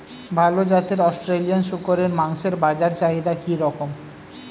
ভাল জাতের অস্ট্রেলিয়ান শূকরের মাংসের বাজার চাহিদা কি রকম?